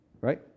right